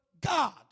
God